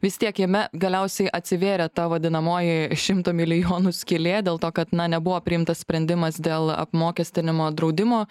vis tiek jame galiausiai atsivėrė ta vadinamoji šimto milijonų skylė dėl to kad na nebuvo priimtas sprendimas dėl apmokestinimo draudimo